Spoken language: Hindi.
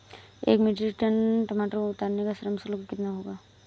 एक मीट्रिक टन टमाटर को उतारने का श्रम शुल्क कितना होगा?